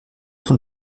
von